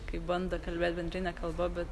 kai bando kalbėt bendrine kalba bet